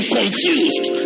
confused